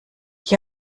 ich